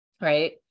Right